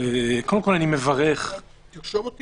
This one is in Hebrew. קודם כל, אני מברך על